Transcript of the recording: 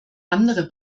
andere